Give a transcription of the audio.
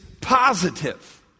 positive